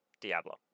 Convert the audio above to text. Diablo